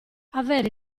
avere